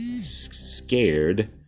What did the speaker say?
scared